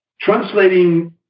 Translating